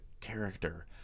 character